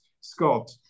Scott